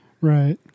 right